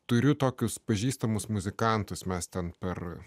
turiu tokius pažįstamus muzikantus mes ten per